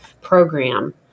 program